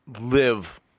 live